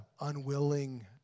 unwilling